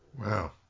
Wow